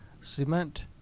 cement